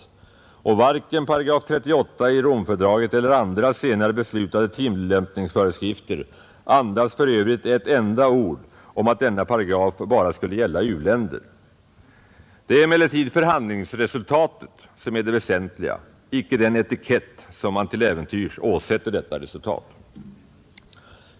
Varken 8 238 i Romfördraget eller andra senare beslutade tillämpningsföreskrifter andas för övrigt ett enda ord om att denna paragraf bara skulle gälla u-länder. Det är emellertid förhandlingsresultatet som är det väsentliga, icke den etikett som man till äventyrs åsätter detta resultat.